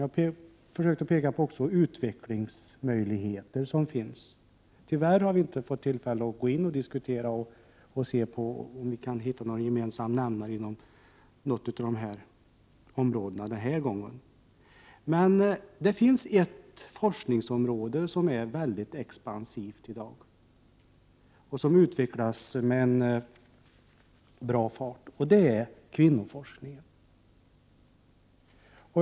Jag har också försökt visa på utvecklingsmöjligheterna. Tyvärr har vi den här gången inte fått tillfälle att gå in i diskussion och se om vi kan hitta någon gemensam nämnare på något av de här områdena. Det finns ett forskningsområde som i dag är mycket expansivt och som utvecklas med bra fart, och det är kvinnoforskningen.